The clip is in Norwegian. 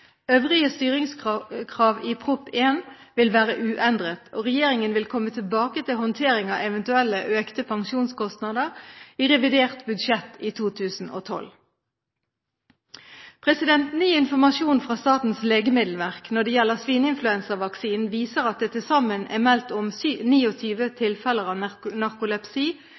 Øvrige styringskrav i Prop. 1 S vil være uendret. Regjeringen vil komme tilbake til håndtering av eventuelle økte pensjonskostnader i revidert budsjett 2012. Ny informasjon fra Statens legemiddelverk når det gjelder svineinfluensavaksinen, viser at det til sammen er meldt om 29 tilfeller av narkolepsi